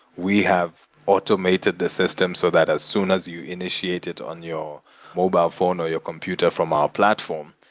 we have automated the system so that as soon as you initiate it on your mobile phone, or your computer from our platform,